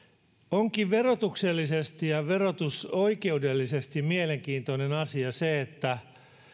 onkin verotuksellisesti ja verotusoikeudellisesti mielenkiintoinen asia se että